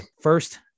First